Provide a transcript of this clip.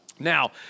Now